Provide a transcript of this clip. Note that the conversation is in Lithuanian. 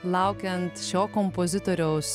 laukiant šio kompozitoriaus